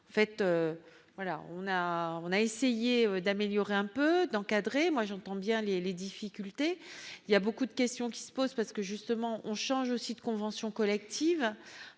on a, on a essayé d'améliorer un peu d'encadrer, moi j'entends bien les les difficultés il y a beaucoup de questions qui se posent, parce que justement on change aussi de conventions collectives